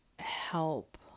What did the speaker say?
help